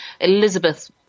Elizabeth